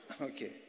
okay